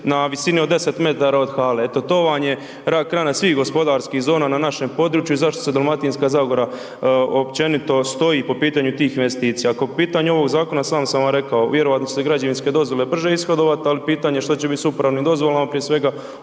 na visini od 10 metara od hale. Eto to vam je rak rana svih gospodarskih zona na našem području i zašto se Dalmatinska zagora općenito stoji po pitanju tih investicija. Po pitanju ovog zakona sam sam vam rekao, vjerojatno će se građevinske dozvole brže ishodovat, ali pitanje što će biti s upravnim dozvolama prije svega